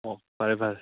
ꯑꯣ ꯐꯔꯦ ꯐꯔꯦ